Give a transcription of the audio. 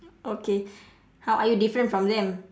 okay how are you different from them